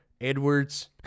Edwards